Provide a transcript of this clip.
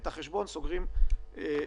כאשר את החשבון סוגרים בנפרד.